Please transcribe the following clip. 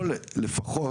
פה לפחות,